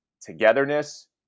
togetherness